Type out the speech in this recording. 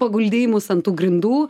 paguldei mus ant tų grindų